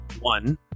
One